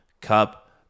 Cup